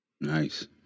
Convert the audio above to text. Nice